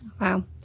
Wow